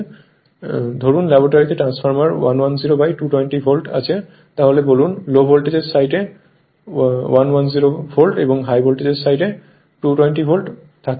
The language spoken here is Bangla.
ধরুন ল্যাবরেটরিতে ট্রান্সফরমার 110 বাই 220 ভোল্ট আছে তাহলে বলুন লো ভোল্টেজ সাইড 110 ভোল্ট এবং হাই ভোল্টেজ সাইড যাকে 220 ভোল্ট বলে